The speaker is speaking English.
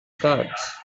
cards